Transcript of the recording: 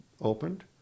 opened